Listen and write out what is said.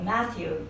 Matthew